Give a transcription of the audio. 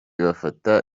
bafata